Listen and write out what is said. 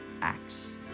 acts